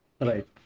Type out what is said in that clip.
Right